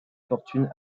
fortune